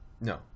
No